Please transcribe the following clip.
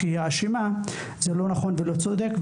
זה לא נכון ולא צודק,